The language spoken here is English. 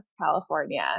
California